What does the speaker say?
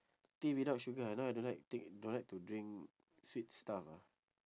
tea without sugar ah no I don't like ti~ don't like to drink sweet stuff ah